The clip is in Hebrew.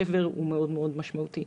השבר הוא מאוד מאוד משמעותי.